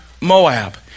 Moab